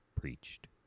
preached